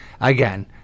again